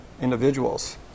individuals